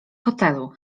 hotelu